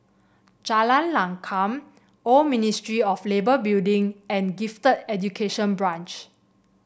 Jalan Lakum Old Ministry of Labour Building and Gifted Education Branch